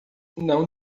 não